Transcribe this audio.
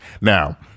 Now